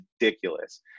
ridiculous